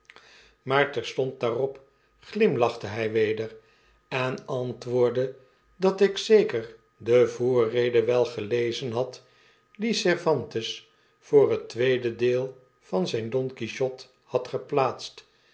maar terstond daarop glimlachte hij weder en antwoordde dat ik zeker de voorrede wel gelezen had die cervantes voor het tweede deel van zijn don quichot had geplaatst